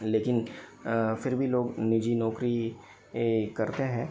लेकिन फिर भी लोग निजी नौकरी करते हैं